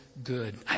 good